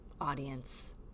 Audience